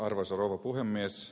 arvoisa rouva puhemies